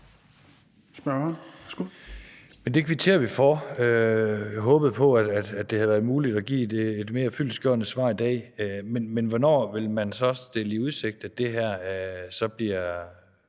Det kvitterer vi for. Jeg håbede på, at det havde været muligt at få et mere fyldestgørende svar i dag. Men hvornår vil man stille i udsigt, at det her så bliver